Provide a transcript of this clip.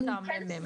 נועה,